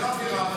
מדריכה בכירה,